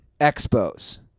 Expos